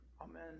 Amen